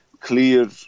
clear